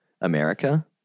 America